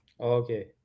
Okay